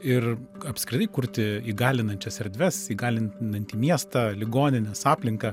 ir apskritai kurti įgalinančias erdves įgalinantį miestą ligoninės aplinką